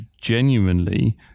genuinely